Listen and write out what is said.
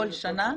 30,000 כל שנה?